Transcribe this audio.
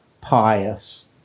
pious